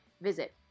visit